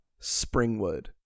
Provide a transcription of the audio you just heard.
Springwood